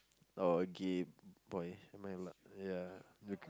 or a gay boy am I allowed yeah